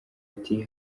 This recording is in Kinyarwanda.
ati